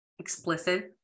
explicit